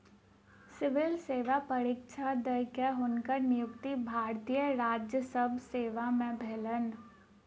civil सेवा परीक्षा द के, हुनकर नियुक्ति भारतीय राजस्व सेवा में भेलैन